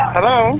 Hello